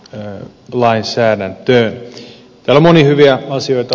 täällä on monia hyviä asioita